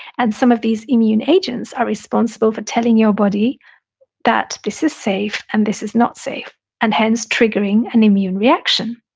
and some of these immune agents are responsible for telling your body that this is safe and this is not safe and hence triggering an immune reaction.